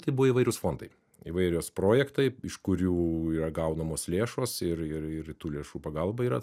tai buvo įvairūs fondai įvairios projektai iš kurių yra gaunamos lėšos ir ir ir tų lėšų pagalba yra